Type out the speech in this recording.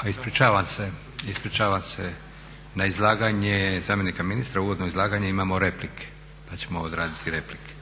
A ispričavam se, ispričavam se, na izlaganje zamjenika ministra, uvodno izlaganje imamo replike, pa ćemo odraditi replike.